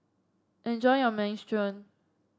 enjoy your Minestrone